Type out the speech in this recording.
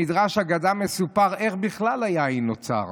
במדרש אגדה מסופר איך בכלל היין נוצר.